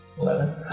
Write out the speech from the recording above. Eleven